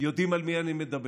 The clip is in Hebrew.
יודעים על מי אני מדבר.